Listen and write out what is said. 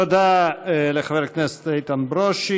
תודה לחבר הכנסת איתן ברושי.